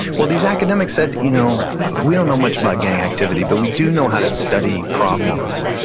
well these academics said, you know we don't know much about gang activity, but we do know how to study problems.